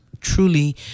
truly